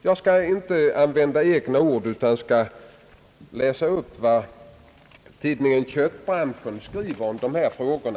Jag skall inte använda mina egna ord utan läsa upp vad tidningen »Köttbranschen» skriver om dessa frågor.